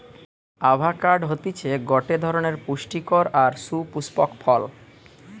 avocado হতিছে গটে ধরণের পুস্টিকর আর সুপুস্পক ফল